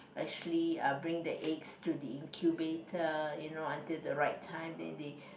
actually uh bring the eggs to the incubator you know until the right time then they